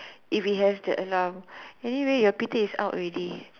if he has the alarm anyway your P T is out already